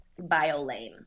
BioLane